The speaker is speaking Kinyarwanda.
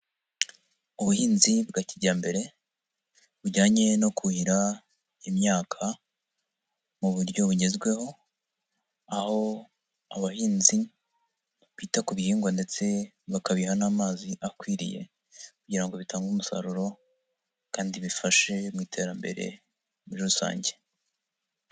Ubuhinzi bwa kijyambere, bujyanye no kuhira imyaka, mu buryo bugezweho, aho abahinzi bita ku bihingwa ndetse bakabiha n'amazi akwiriye kugira ngo bitange umusaruro kandi bifashe mu iterambere muri rusange.